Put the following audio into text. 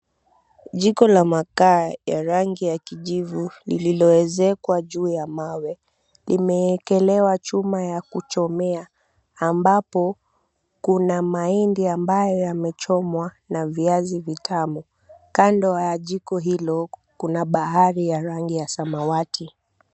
JIko laa makaa ya rangi ya kijivu lilioezekwa juu ya mawe limewekelewa chuma ya kuchomea ambapo kuna mahindi ambayo yamechomwa na viazi vitamu kando ya jiko hilo kuna bahari ya rangi ya samawati.